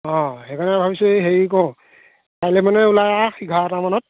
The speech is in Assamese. অ' সেইকাৰণে ভাবিছোঁ এই হেৰি কওঁ কাইলৈ মানে ওলাই আহ এঘাৰটামানত